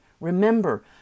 Remember